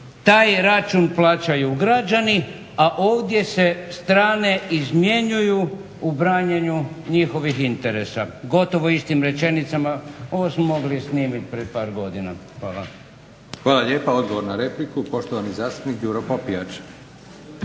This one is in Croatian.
Taj račun plaćaju građani, a ovdje se strane izmjenjuju u branjenju njihovih interesa, gotovo istim rečenicama. Ovo smo mogli snimiti pred par godina. Hvala. **Leko, Josip (SDP)** Hvala lijepa. Odgovor na repliku poštovani zastupnik Đuro Popijač.